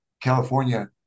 California